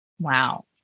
Wow